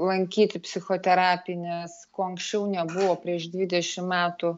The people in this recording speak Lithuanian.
lankyti psichoterapines ko anksčiau nebuvo prieš dvidešim metų